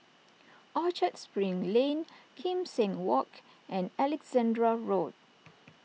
Orchard Spring Lane Kim Seng Walk and Alexandra Road